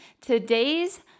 Today's